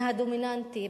מהדומיננטי,